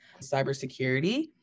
cybersecurity